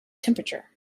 temperature